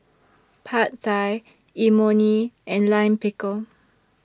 Pad Thai Imoni and Lime Pickle